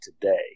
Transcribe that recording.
today